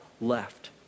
left